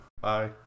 Bye